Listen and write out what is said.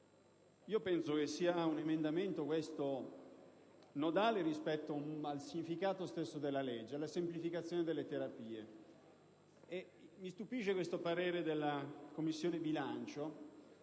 questo sia un emendamento nodale rispetto al significato stesso del disegno di legge, la semplificazione delle terapie. Mi stupisce il parere della Commissione bilancio